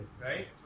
Right